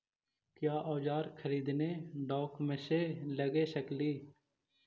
क्या ओजार खरीदने ड़ाओकमेसे लगे सकेली?